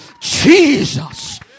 Jesus